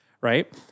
right